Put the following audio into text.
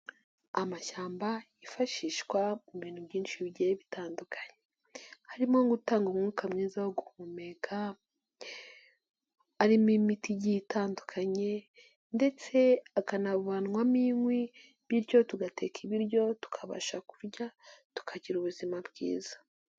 amashyamba yifashishwa mu bintu byinshi bigenda bitandukanye, harimo nko gutanga umwuka mwiza wo guhumeka, arimo imiti igihe itandukanye ndetse akanavanwamo inkwi, bityo tugateka ibiryo tukabasha kurya tukagira ubuzima bwiza.